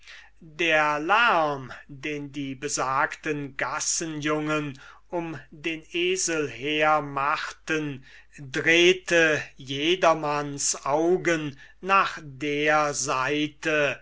der lerm den die besagten gassenjungen um den esel her machten drehte jedermanns augen nach der seite